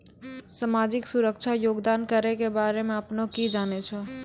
समाजिक सुरक्षा योगदान करो के बारे मे अपने कि जानै छो?